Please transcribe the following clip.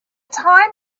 time